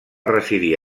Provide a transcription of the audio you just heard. residir